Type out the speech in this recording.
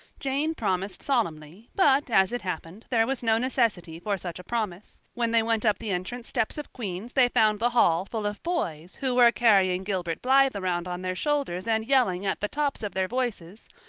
jane promised solemnly but, as it happened, there was no necessity for such a promise. when they went up the entrance steps of queen's they found the hall full of boys who were carrying gilbert blythe around on their shoulders and yelling at the tops of their voices,